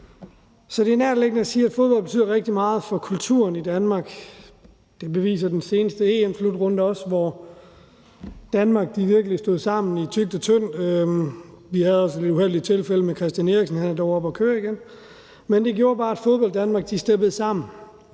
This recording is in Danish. så det er nærliggende at sige, at fodbold betyder rigtig meget for kulturen i Danmark. Det beviser den seneste EM-slutrunde også, hvor Danmark virkelig stod sammen i tykt og tyndt. Vi havde et lidt uheldigt tilfælde med Christian Eriksen; han er dog oppe at køre igen. Men det gjorde, at Fodbolddanmark stod sammen,